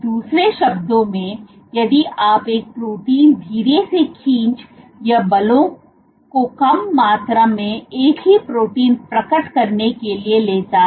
दूसरे शब्दों में यदि आप एक प्रोटीन धीरे से खींच यह बलों की कम मात्रा में एक ही प्रोटीन प्रकट करने के लिए लेता है